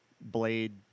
blade